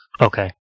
Okay